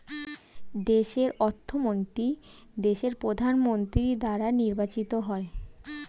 দেশের অর্থমন্ত্রী দেশের প্রধানমন্ত্রী দ্বারা নির্বাচিত হয়